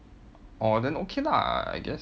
orh then okay lah I guess